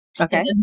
Okay